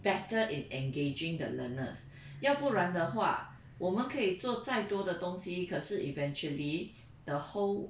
better in engaging the learners 要不然的话我们可以做再多的东西可是 eventually the whole